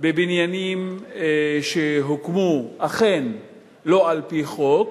בבניינים שהוקמו אכן שלא על-פי חוק,